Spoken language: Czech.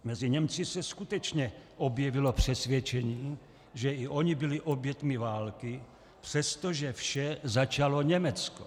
Mezi Němci se skutečně objevilo přesvědčení, že i oni byli oběťmi války, přestože vše začalo Německo.